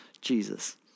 Jesus